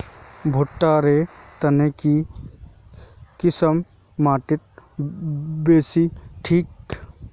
भुट्टा र तने की किसम माटी बासी ठिक?